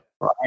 Right